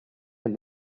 agli